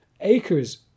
acres